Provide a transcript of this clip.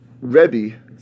Rebbe